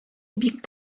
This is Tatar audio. бик